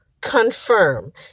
confirm